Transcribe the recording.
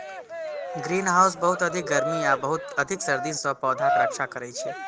greenhouse बहुत अधिक गर्मी आ बहुत अधिक सर्दी सं पौधाक रक्षा करै छै